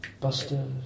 Buster